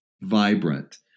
vibrant